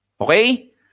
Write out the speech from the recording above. Okay